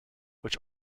which